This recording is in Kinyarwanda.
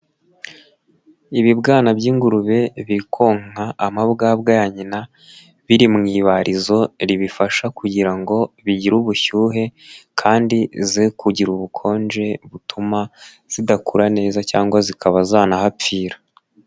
Ibibwana by'ingurube biri konka amabwabwa ya nyina biri mu ibarizo ribifasha kugira ngo bigire ubushyuhe, kandi ze kugira ubukonje butuma zidakura neza cyangwa zikaba zanahapfira.